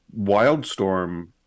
Wildstorm